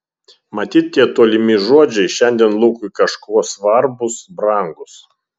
matyt tie tolimi žodžiai šiandien lukui kažkuo svarbūs brangūs